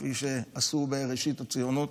כפי שעשו בראשית הציונות.